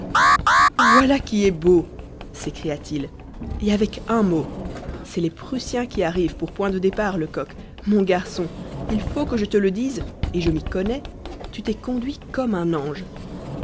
voilà qui est beau s'écria-t-il et avec un mot c'est les prussiens qui arrivent pour point de départ lecoq mon garçon il faut que je te le dise et je m'y connais tu t'es conduit comme un ange